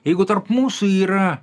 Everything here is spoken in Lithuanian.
jeigu tarp mūsų yra